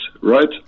right